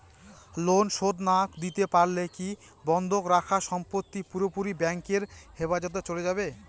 Loan শোধ না দিতে পারলে কি বন্ধক রাখা সম্পত্তি পুরোপুরি ব্যাংকের হেফাজতে চলে যাবে?